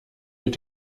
mit